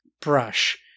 brush